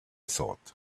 thought